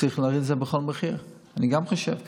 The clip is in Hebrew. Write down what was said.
צריך להוריד את זה בכל מחיר, גם אני חושב ככה,